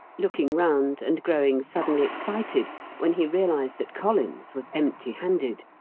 looking round and growing suddenly excited when he realized that collins was empty-handed,